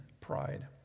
pride